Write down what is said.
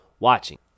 watching